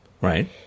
Right